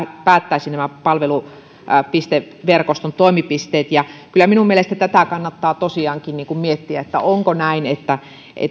päätettäisiin palvelupisteverkoston toimipisteet kyllä minun mielestäni tätä kannattaa tosiaankin miettiä onko näin että